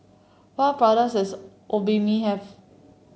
what product does Obimin have